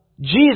Jesus